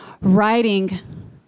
writing